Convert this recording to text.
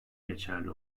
geçerli